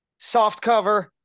softcover